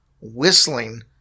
whistling